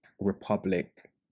republic